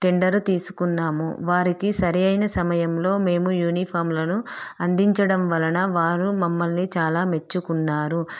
tender తీసుకున్నాము వారికి సరైన సమయములో మేము యూనిఫార్మ్లను అందించడం వలన వారు మమ్మల్ని చాలా మెచ్చుకున్నారు